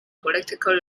political